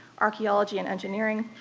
archaeology, and engineering,